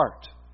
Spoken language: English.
heart